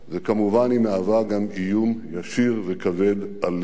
וכמובן היא מהווה גם איום ישיר וכבד עלינו.